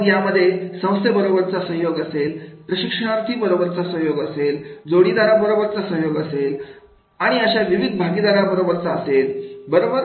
मग यामध्ये संस्थेबरोबरचा सहयोग असेल प्रशिक्षणार्थी बरोबरचा सह्योग असेल जोडीदाराबरोबर चा सह्योग असेल आणि अशा विविध भागीदार बरोबरचा असेल बरोबर